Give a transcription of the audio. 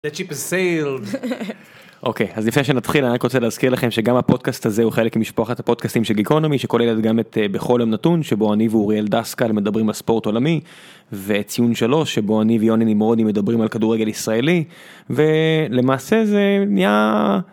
The ship has sailed אוקיי אז לפני שנתחיל אני רוצה להזכיר לכם שגם הפודקאסט הזה הוא חלק ממשפחת הפודקאסטים של גיקונומי שכוללת גם את בחולם נתון שבו אני ואוריאל דסקל מדברים על ספורט עולמי. וציון שלוש שבו אני ויוני נמרודי מדברים על כדורגל ישראלי ולמעשה זה נהיה …